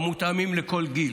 שמותאמים לכל גיל.